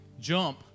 jump